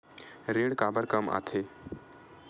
ऋण काबर कम आथे?